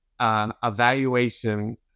evaluation